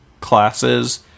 classes